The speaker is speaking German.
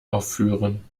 aufführen